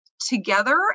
together